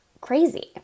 crazy